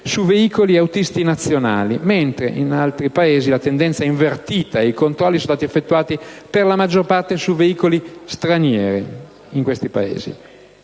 su veicoli e autisti nazionali, mentre in altri Paesi la tendenza è invertita e i controlli sono stati effettuati per la maggior parte sui veicoli stranieri.